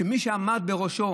שמי שעמד בראשו